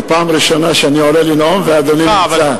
זאת פעם ראשונה שאני עולה לנאום ואדוני נמצא.